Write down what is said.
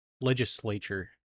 legislature